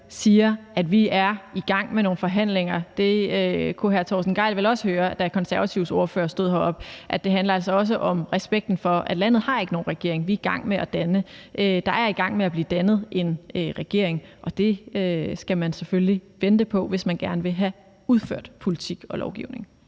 siger, at vi er i gang med nogle forhandlinger. Der kunne hr. Torsten Gejl vel også høre, da Konservatives ordfører stod heroppe, at det altså også handler om respekten for, at landet ikke har nogen regering. En regering er i gang med at blive dannet, og det skal man selvfølgelig vente på, hvis man gerne vil have udført politik og lovgivning.